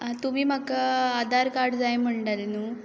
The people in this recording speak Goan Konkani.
आं तुमी म्हाका आधार कार्ड जाय म्हणटाले न्हय